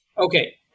Okay